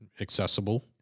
accessible